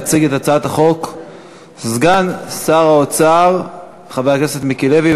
יציג את הצעת החוק סגן שר האוצר חבר הכנסת מיקי לוי.